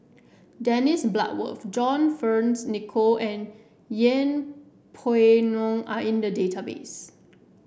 Dennis Bloodworth John Fearns Nicoll and Yeng Pway Ngon are in the database